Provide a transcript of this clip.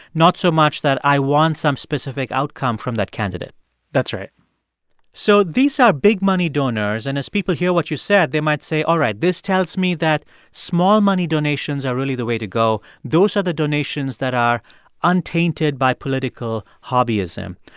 not so much that i want some specific outcome from that candidate that's right so these are big-money donors. and as people hear what you said, they might say, all right, this tells me that small-money donations are really the way to go. those are the donations that are untainted by political hobbyism.